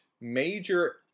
major